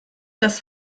das